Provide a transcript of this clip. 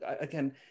again